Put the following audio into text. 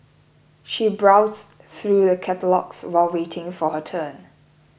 she browse through the catalogues while waiting for her turn